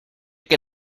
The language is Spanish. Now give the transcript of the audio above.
que